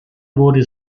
wurde